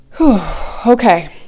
Okay